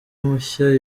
mushya